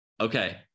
okay